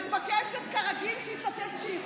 אני מבקשת, כרגיל, שיצטט שיר.